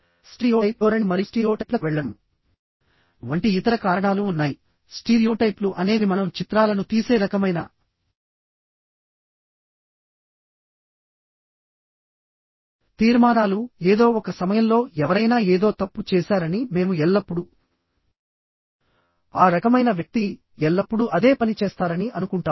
stereotype ధోరణి మరియు స్టీరియోటైప్లకు వెళ్లడం వంటి ఇతర కారణాలు ఉన్నాయిస్టీరియోటైప్లు అనేవి మనం చిత్రాలను తీసే రకమైన తీర్మానాలుఏదో ఒక సమయంలో ఎవరైనా ఏదో తప్పు చేశారని మేము ఎల్లప్పుడూ ఆ రకమైన వ్యక్తి ఎల్లప్పుడూ అదే పని చేస్తారని అనుకుంటాము